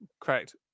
Correct